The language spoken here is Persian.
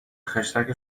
خشتک